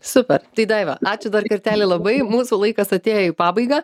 super tai daiva ačiū dar kartelį labai mūsų laikas atėjo į pabaigą